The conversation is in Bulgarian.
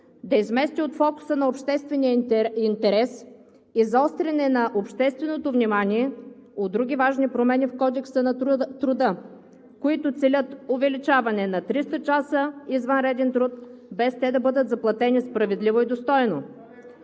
да измести от фокуса на обществения интерес, изостряне на общественото внимание от други важни промени в Кодекса на труда, които целят увеличаване на 300 часа извънреден труд, без те да бъдат заплатени справедливо и достойно.